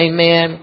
Amen